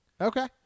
Okay